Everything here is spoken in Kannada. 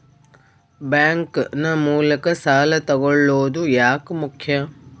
ಬ್ಯಾಂಕ್ ನ ಮೂಲಕ ಸಾಲ ತಗೊಳ್ಳೋದು ಯಾಕ ಮುಖ್ಯ?